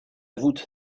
voûte